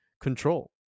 control